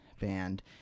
band